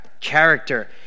character